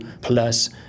plus